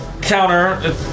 counter